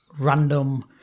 random